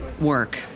work